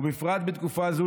ובפרט בתקופה זו,